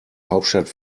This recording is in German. hauptstadt